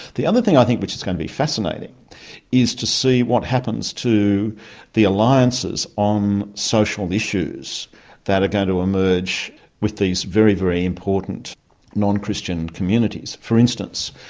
the other thing i think which is going to be fascinating is to see what happens to the alliances on social issues that are going to emerge with these very, very important non-christian communities. for instance,